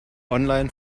online